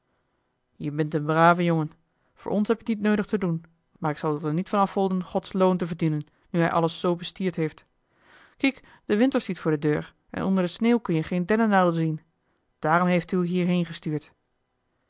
je bint een brave jongen voor ons heb je het niet neudig te doen maar ik zal er oe niet van afholden gods loon te verdienen nu hij alles zoo bestierd heeft kiek de winter stiet voor de deur en onder de sneeuw kun je geen dennennaalden zien daarom heeft hij oe hierheen gestuurd